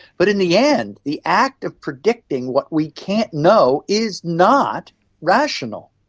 but in the end, the act of predicting what we can't know is not rational.